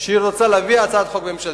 כי היא רוצה להביא הצעת חוק ממשלתית.